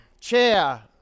chair